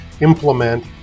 implement